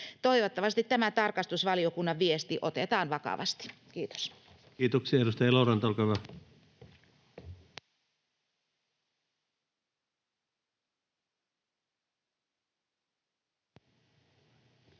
Toivottavasti tämä tarkastusvaliokunnan viesti otetaan vakavasti. — Kiitos. Kiitoksia. — Edustaja Eloranta, olkaa hyvä. Arvoisa